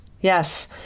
yes